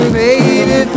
baby